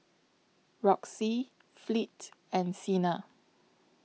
Roxie Fleet and Siena